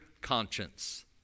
conscience